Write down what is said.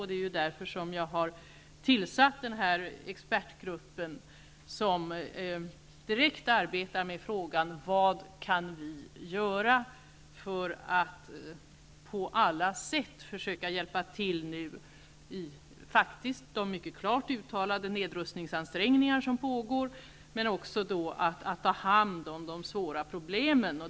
Det är därför jag har tillsatt expertgruppen, som direkt arbetar med frågan vad Sverige kan göra för att på alla sätt försöka hjälpa till i de klart uttalade nedrustningsansträngningar som pågår men också ta hand om de svåra problemen.